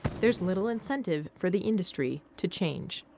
there's little incentive for the industry to change.